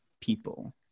people